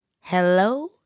Hello